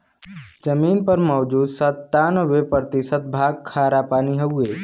जमीन पर मौजूद सत्तानबे प्रतिशत भाग खारापानी हउवे